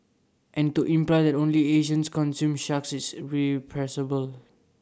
and to imply that only Asians consume sharks is